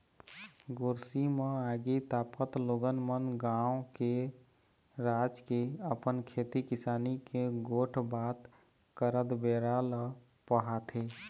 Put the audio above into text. गोरसी म आगी तापत लोगन मन गाँव के, राज के, अपन खेती किसानी के गोठ बात करत बेरा ल पहाथे